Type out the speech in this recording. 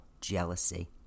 jealousy